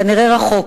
כנראה רחוק.